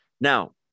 Now